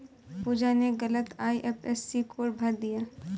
पूजा ने गलत IFSC code भर दिया